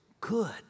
good